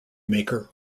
maker